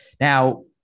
now